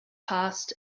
passed